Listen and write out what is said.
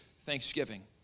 thanksgiving